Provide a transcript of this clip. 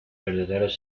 verdaderos